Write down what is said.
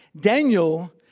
Daniel